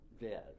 dead